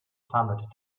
clamored